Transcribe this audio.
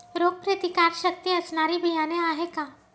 रोगप्रतिकारशक्ती असणारी बियाणे आहे का?